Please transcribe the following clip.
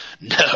no